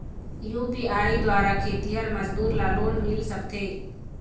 UPI द्वारा खेतीहर मजदूर ला लोन मिल सकथे?